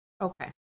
Okay